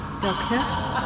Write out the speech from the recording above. Doctor